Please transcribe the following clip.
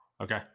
Okay